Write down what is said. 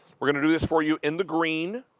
we're going to do this for you in the green.